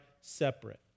separate